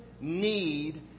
need